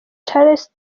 charles